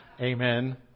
Amen